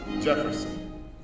Jefferson